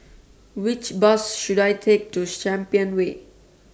Which Bus should I Take to Champion Way